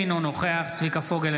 אינו נוכח צביקה פוגל,